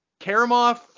Karamov